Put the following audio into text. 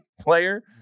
player